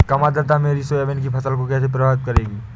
कम आर्द्रता मेरी सोयाबीन की फसल को कैसे प्रभावित करेगी?